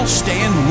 stand